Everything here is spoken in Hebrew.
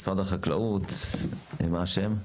משרד החקלאות, בבקשה.